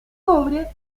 cobre